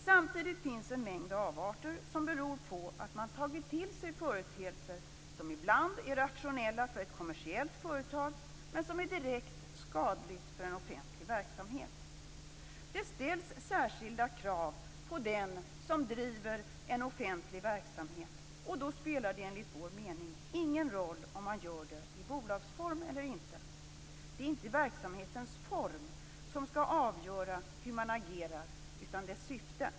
Samtidigt finns en mängd avarter som beror på att man tagit till sig företeelser som ibland är rationella för ett kommersiellt företag, men som är direkt skadliga för en offentlig verksamhet. Det ställs särskilda krav på den som driver en offentlig verksamhet, och då spelar det enligt vår mening ingen roll om man gör det i bolagsform eller inte. Det är inte verksamhetens form som skall avgöra hur man agerar, utan dess syfte.